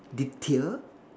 detail